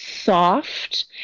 Soft